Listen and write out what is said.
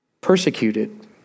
persecuted